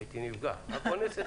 הייתי נפגע כונסת